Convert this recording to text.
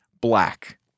black